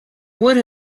would